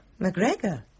McGregor